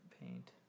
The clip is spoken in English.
paint